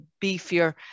beefier